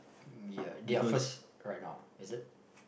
ya they are first right now is it